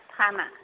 थाना